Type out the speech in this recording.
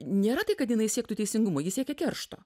nėra tai kad jinai siektų teisingumo ji siekia keršto